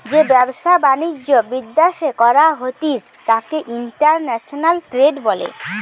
যেই ব্যবসা বাণিজ্য বিদ্যাশে করা হতিস তাকে ইন্টারন্যাশনাল ট্রেড বলে